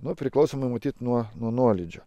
nu priklausomai matyt nuo nuo nuolydžio